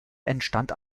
entstand